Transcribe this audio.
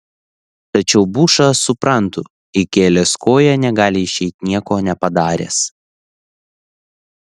tačiau bušą suprantu įkėlęs koją negali išeiti nieko nepadaręs